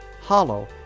Hollow